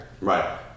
Right